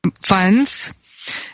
funds